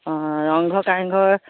অঁ ৰংঘৰ কাৰেংঘৰ